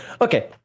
Okay